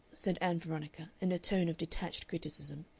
said ann veronica, in a tone of detached criticism,